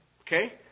Okay